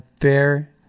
fair